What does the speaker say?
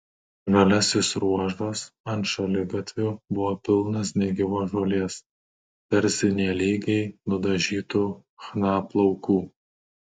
žaliasis ruožas ant šaligatvių buvo pilnas negyvos žolės tarsi nelygiai nudažytų chna plaukų